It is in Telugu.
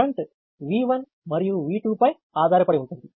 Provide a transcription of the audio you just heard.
కరెంట్ V1 మరియు V2 పై ఆధారపడి ఉంది